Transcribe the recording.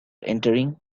entering